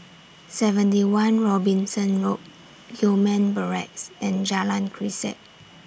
seventy one Robinson Road Gillman Barracks and Jalan Grisek